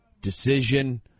decision